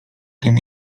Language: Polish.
tym